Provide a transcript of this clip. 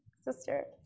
sister